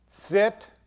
sit